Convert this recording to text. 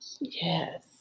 yes